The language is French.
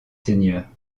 seigneurs